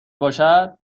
باشد